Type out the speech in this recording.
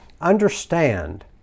understand